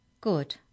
Good